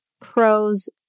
pros